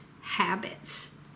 habits